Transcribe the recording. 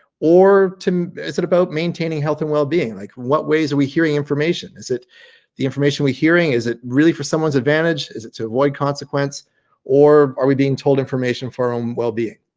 or is it about maintaining health and well-being? like what ways are we hearing information. is it the information we hearing, is it really for someone's advantage? is it to avoid consequence or are we being told information for our own well-being?